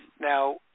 now